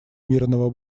мирного